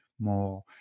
more